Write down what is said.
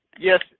Yes